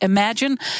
Imagine